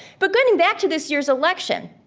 but going back to this year's election,